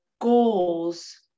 goals